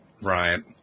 Right